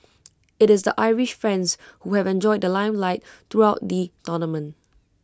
IT is the Irish friends who have enjoyed the limelight throughout the tournament